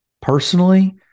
Personally